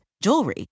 Jewelry